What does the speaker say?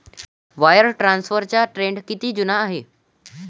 Wire ट्रान्सफरचा trend किती जुना आहे?